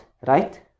right